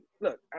look